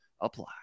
apply